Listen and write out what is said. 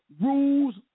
rules